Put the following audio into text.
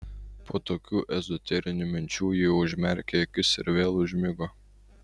po tokių ezoterinių minčių ji užmerkė akis ir vėl užmigo